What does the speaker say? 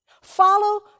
Follow